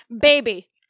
Baby